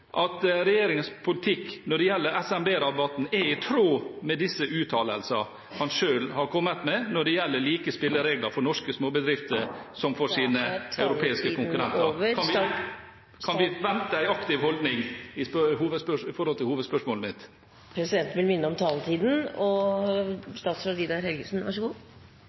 at regjeringens politikk når det gjelder SMB-rabatten, er i tråd med de uttalelsene han selv har kommet med om like spilleregler for norske småbedrifter som for deres europeiske konkurrenter? Kan vi forvente en aktiv holdning til hovedspørsmålet mitt? Presidenten vil minne om taletiden. Det er absolutt samsvar mellom uttalelser og